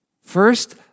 First